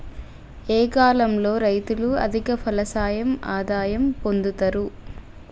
ఏ కాలం లో రైతులు అధిక ఫలసాయం ఆదాయం పొందుతరు?